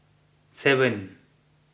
seven